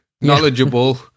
knowledgeable